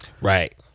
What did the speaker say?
Right